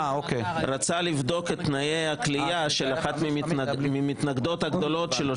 רצה לבדוק את תנאי הכליאה של אחת מהמתנגדות הגדולות שלו,